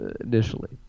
initially